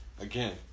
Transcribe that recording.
again